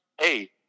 hey